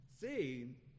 see